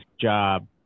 job